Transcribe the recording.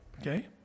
Okay